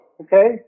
okay